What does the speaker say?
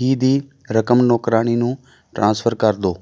ਹੀ ਦੀ ਰਕਮ ਨੌਕਰਾਣੀ ਨੂੰ ਟ੍ਰਾਂਸਫਰ ਕਰ ਦਿਓ